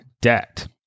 debt